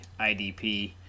IDP